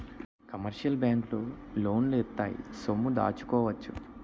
commercial బ్యాంకులు లోన్లు ఇత్తాయి సొమ్ము దాచుకోవచ్చు